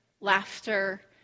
laughter